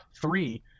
three